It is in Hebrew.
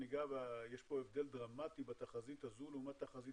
יש פה הבדל דרמטי בתחזית הזו לעומת תחזית